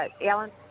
Alan